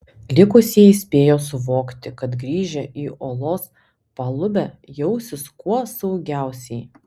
likusieji spėjo suvokti kad grįžę į olos palubę jausis kuo saugiausiai